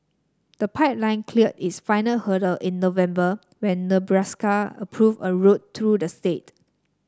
the pipeline cleared its final hurdle in November when Nebraska approved a route through the state